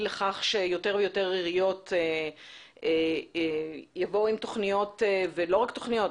לכך שיותר ויותר עיריות יבואו עם תוכניות ולא רק תוכניות,